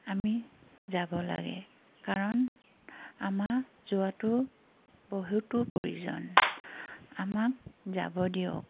আমি যাব লাগে কাৰণ আমাৰ যোৱাটো বহুতো প্ৰয়োজন আমাক যাব দিয়ক